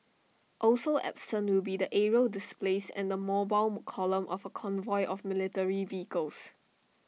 also absent will be the aerial displays and the mobile column of A convoy of military vehicles